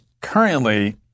currently